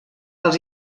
els